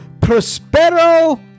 Prospero